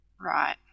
Right